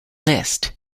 list